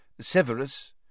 Severus